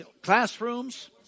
classrooms